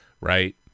right